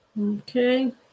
Okay